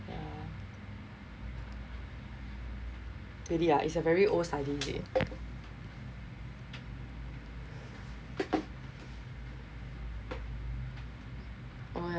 really ah is a very old studies leh